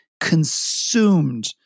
consumed